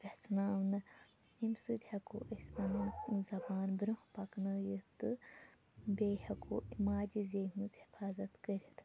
پٮ۪ژھناونہٕ ییٚمہِ سۭتۍ ہٮ۪کو أسۍ پَنُن زبان برٛونٛہہ پَکنٲیِتھ تہٕ بیٚیہِ ہٮ۪کو ماجہِ زیٚیہِ ہٕنٛز حِفاظت کٔرِتھ